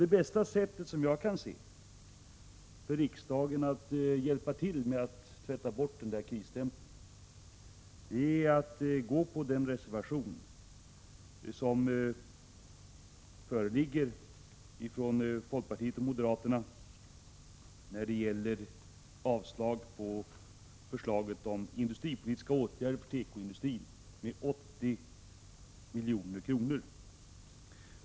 Det bästa sättet för riksdagen att tvätta bort krisstämpeln, som jag ser det, är att anta den reservation som föreligger ifrån folkpartiet och moderaterna när det gäller avslag på förslaget om 80 milj.kr. till industripolitiska åtgärder för tekoindustrin.